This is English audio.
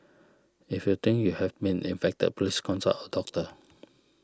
if you think you have been infected please consult a doctor